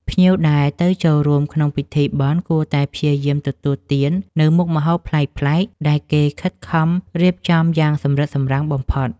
ភ្ញៀវដែលទៅចូលរួមក្នុងពិធីបុណ្យគួរតែព្យាយាមទទួលទាននូវមុខម្ហូបប្លែកៗដែលគេខិតខំរៀបចំយ៉ាងសម្រិតសម្រាំងបំផុត។